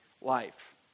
life